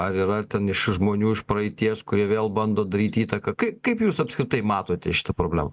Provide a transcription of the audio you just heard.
ar yra ta niša žmonių iš praeities kurie vėl bando daryt įtaką kai kaip jūs apskritai matote šitą problemą